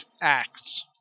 acts